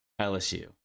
LSU